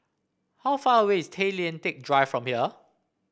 how far away is Tay Lian Teck Drive from here